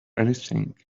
anything